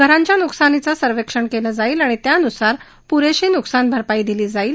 घरांच्या नुकसानीचं सर्वेक्षण केलं जाईल आणि त्यानुसार पुरेशी नुकसान भरपाई दिली जाईल